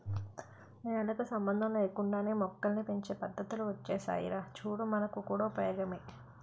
నేలకు సంబంధం లేకుండానే మొక్కల్ని పెంచే పద్దతులు ఒచ్చేసాయిరా చూడు మనకు కూడా ఉపయోగమే